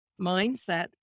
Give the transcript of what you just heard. mindset